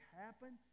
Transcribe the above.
happen